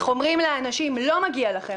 איך אומרים לאנשים: לא מגיע לכם,